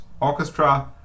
orchestra